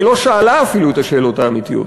היא לא שאלה אפילו את השאלות האמיתיות.